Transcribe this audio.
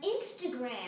Instagram